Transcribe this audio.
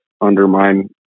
undermine